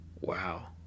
Wow